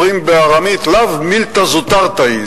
אומרים בארמית: לאו מילתא זוטרתא היא.